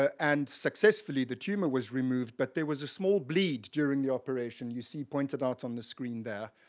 and successfully the tumor was removed, but there was a small bleed during the operation, you see pointed out on the screen there,